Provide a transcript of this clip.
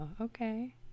okay